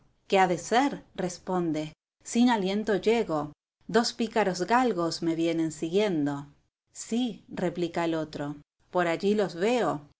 qué ha de ser responde sin aliento llego dos pícaros galgos me vienen siguiendo sí replica el otro por allí los veo